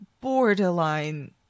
borderline